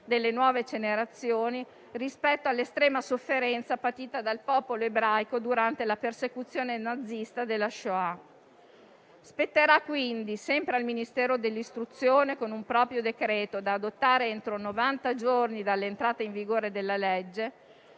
delle nuove generazioni rispetto all'estrema sofferenza patita dal popolo ebraico durante la persecuzione nazista della *shoah*. Spetterà quindi sempre al Ministero dell'istruzione, con un proprio decreto da adottare entro novanta giorni dall'entrata in vigore della legge,